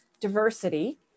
diversity